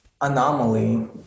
anomaly